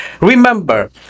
Remember